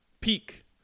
peak